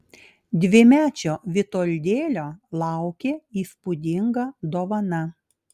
dvimečio vitoldėlio laukė įspūdinga dovana